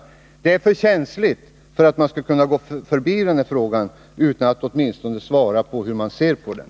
Den här frågan är för känslig för att man skall kunna gå förbi den utan att åtminstone svara på hur man ser på den.